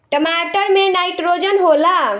टमाटर मे नाइट्रोजन होला?